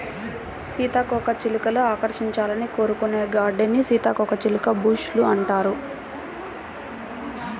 సీతాకోకచిలుకలు ఆకర్షించాలని కోరుకునే గార్డెన్స్ ని సీతాకోకచిలుక బుష్ లు అంటారు